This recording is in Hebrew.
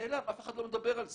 נעלם, אף אחד לא מדבר על זה.